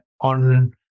on